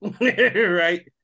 Right